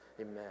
amen